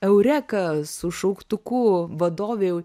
eureka su šauktuku vadovei